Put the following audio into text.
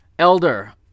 Elder